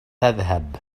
تذهب